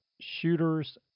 shooters